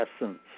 essence